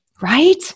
right